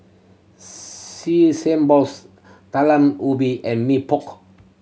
balls Talam Ubi and Mee Pok